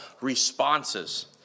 responses